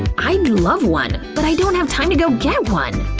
and i'd love one but i don't have time to go get one.